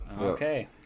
okay